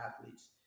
athletes